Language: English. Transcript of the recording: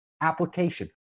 application